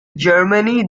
germany